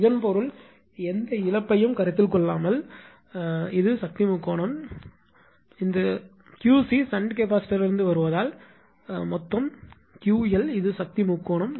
இதன் பொருள் எந்த இழப்பையும் கருத்தில் கொள்ளாமல் இது சக்தி முக்கோணம் இந்த 𝑄𝐶 ஷன்ட் கெபாசிட்டரிலிருந்து வருவதால் மொத்தம் 𝑄𝑙 இது சக்தி முக்கோணம்